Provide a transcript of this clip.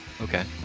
Okay